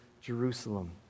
Jerusalem